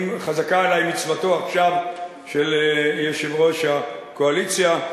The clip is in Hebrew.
חזקה עלי עכשיו מצוותו של יושב-ראש הקואליציה,